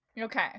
okay